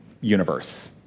universe